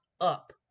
up